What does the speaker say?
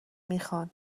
میخان